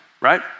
right